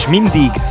Mindig